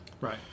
right